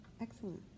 excellent